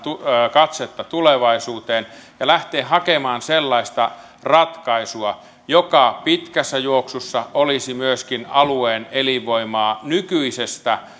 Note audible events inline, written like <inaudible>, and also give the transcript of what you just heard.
katsetta tulevaisuuteen ja lähteä hakemaan sellaista ratkaisua joka pitkässä juoksussa olisi myöskin alueen elinvoimaa nykyisestä <unintelligible>